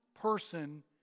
person